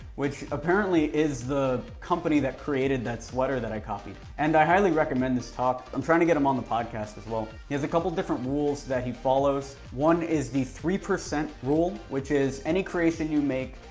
which apparently is the company that created that sweater that i copied. and i highly recommend this talk. i'm trying to get him on the podcast as well. he has a couple different rules that he follows. one is the three percent rule, which is any creation you make,